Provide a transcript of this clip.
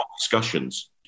discussions